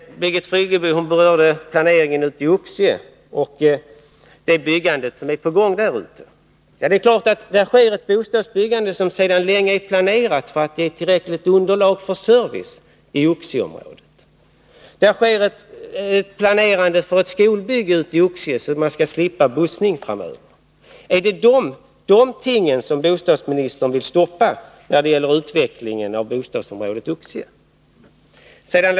Birgit Friggebo berörde planeringen i Oxie och det byggande som är på gång där ute. Det sker ett bostadsbyggande som sedan länge är planerat för att ge tillräckligt underlag för service i Oxieområdet. Man planerar också ett skolbygge i Oxie för att man framöver skall slippa bussning. Är det dessa planer som bostadsministern vill stoppa när det gäller utvecklingen av bostadsområdet i Oxie?